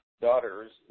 daughters